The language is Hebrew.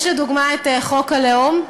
לדוגמה, חוק הלאום,